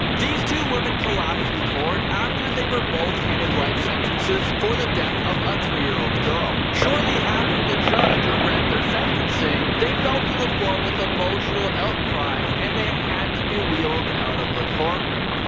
these two women collapsed in court after they were both handed life sentences for the death of a three year old girl. shortly after the judge read their sentencing, the fell to the floor with emotional outcries and they ah had to be wheeled out of the court room.